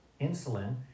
insulin